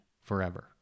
forever